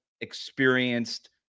experienced